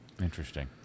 Interesting